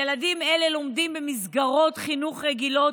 ילדים אלה לומדים במסגרות חינוך רגילות,